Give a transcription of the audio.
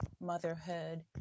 motherhood